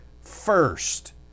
first